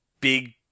big